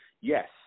Yes